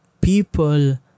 people